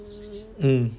mm